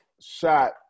shot